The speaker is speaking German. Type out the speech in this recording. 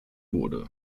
wurde